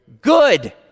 Good